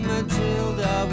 Matilda